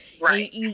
Right